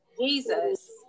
Jesus